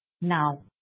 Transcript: now